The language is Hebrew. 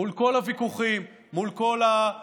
מול כל הוויכוחים, מול כל הארעיות,